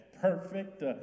perfect